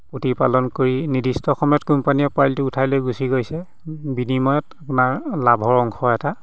প্ৰতিপালন কৰি নিৰ্দিষ্ট সময়ত কোম্পানীয়ে পোৱালিটো উঠাই লৈ গুচি গৈছে বিনিময়ত আপোনাৰ লাভৰ অংশ এটা